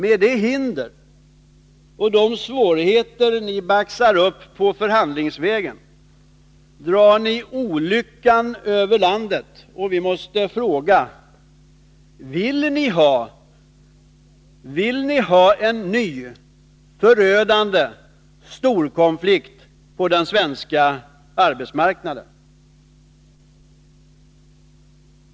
Med de hinder och svårigheter som ni baxar upp på förhandlingsvägen drar ni olyckan över landet. Vi måste fråga: Vill ni ha en ny förödande storkonflikt på den svenska arbetsmarknaden?